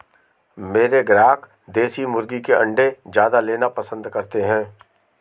मेरे ग्राहक देसी मुर्गी के अंडे ज्यादा लेना पसंद करते हैं